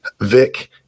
vic